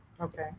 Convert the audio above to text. Okay